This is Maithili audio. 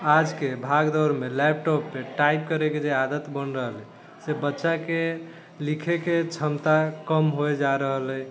आजके भागदौड़मे लैपटॉपपर टाइप करैके आदत बनि रहलेसँ बच्चाके लिखैके क्षमता कम हो जा रहल अइ